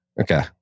Okay